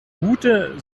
gute